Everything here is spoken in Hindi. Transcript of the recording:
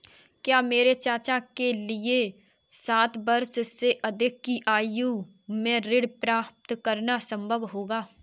क्या मेरे चाचा के लिए साठ वर्ष से अधिक की आयु में ऋण प्राप्त करना संभव होगा?